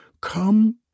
come